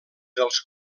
dels